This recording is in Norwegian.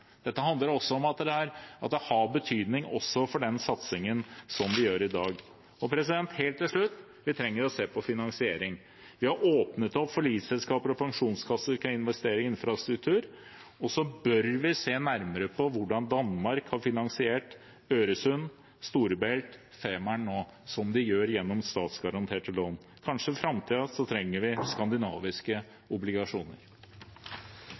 at det har betydning også for den satsingen vi gjør i dag. Helt til slutt: Vi trenger å se på finansiering. Vi har åpnet opp for at livselskaper og pensjonskasser kan investere i infrastruktur, og så bør vi se nærmere på hvordan Danmark har finansiert Øresund, Storebælt og Femern nå, som de gjør gjennom statsgaranterte lån. Kanskje trenger vi